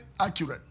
accurate